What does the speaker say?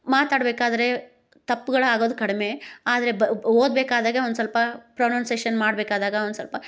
ಮಾತಾಡ್ಬೇಕಾದರೆ ತಪ್ಪುಗಳು ಆಗೋದು ಕಡ್ಮೆ ಆದರೆ ಬ ಓದ್ಬೇಕಾದಾಗೇ ಒಂದು ಸ್ವಲ್ಪ ಪ್ರೊನೌನ್ಸೇಷನ್ ಮಾಡಬೇಕಾದಾಗ ಒಂದು ಸ್ವಲ್ಪ